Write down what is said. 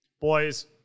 Boys